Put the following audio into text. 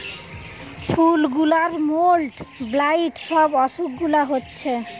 ফুল গুলার mould, blight সব অসুখ গুলা হচ্ছে